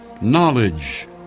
knowledge